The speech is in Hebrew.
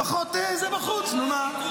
פחות בחוץ, נו מה?